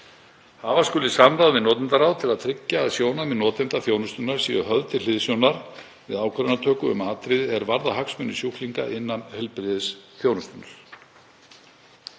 Hafa skuli samráð við notendaráð til að tryggja að sjónarmið notenda þjónustunnar séu höfð til hliðsjónar við ákvarðanatöku um atriði er varða hagsmuni sjúklinga innan heilbrigðisþjónustunnar.